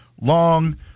long